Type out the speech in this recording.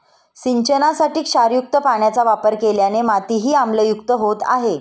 सिंचनासाठी क्षारयुक्त पाण्याचा वापर केल्याने मातीही आम्लयुक्त होत आहे